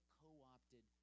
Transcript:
co-opted